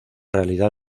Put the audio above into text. realidad